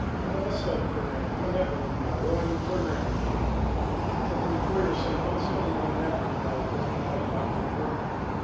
i don't want to study programming. i'm a networking guy. what do i need programming for? it's that the employer is saying, don't send me another networking guy that doesn't know how to talk to a programmer.